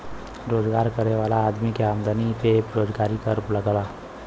रोजगार करे वाला आदमी के आमदमी पे रोजगारी कर लगला